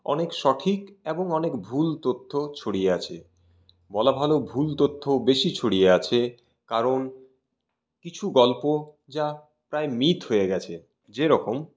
অনেক সঠিক এবং অনেক ভুল তথ্য ছড়িয়ে আছে বলা ভালো ভুল তথ্য বেশি ছড়িয়ে আছে কারণ কিছু গল্প যা প্রায় মিথ হয়ে গেছে যেরকম